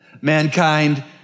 mankind